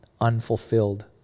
unfulfilled